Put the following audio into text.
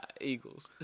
Eagles